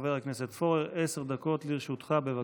חבר הכנסת פורר, עשר דקות לרשותך, בבקשה.